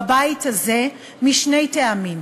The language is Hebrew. בבית הזה, משני טעמים: